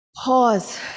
Pause